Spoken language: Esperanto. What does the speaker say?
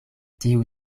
tiu